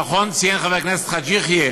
נכון ציין חבר הכנסת חאג' יחיא